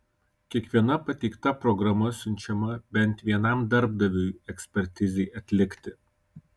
kiekviena pateikta programa siunčiama bent vienam darbdaviui ekspertizei atlikti